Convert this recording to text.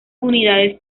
unidades